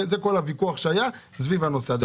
זה כל הוויכוח שהיה סביב הנושא הזה.